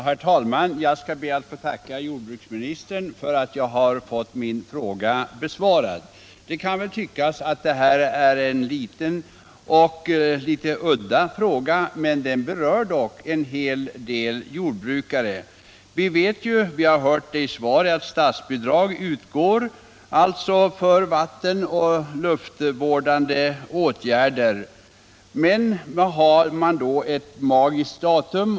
Herr talman! Jag skall be att få tacka jordbruksministern för att jag har fått min fråga besvarad. Det kan väl tyckas att det här är en liten och udda fråga, men den berör dock en hel del jordbrukare. Vi vet — och det framgår av svaret — att statsbidrag utgår för vattenoch luftvårdande åtgärder. Men det finns här ett magiskt datum.